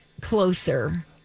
closer